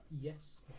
Yes